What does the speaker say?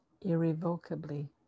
irrevocably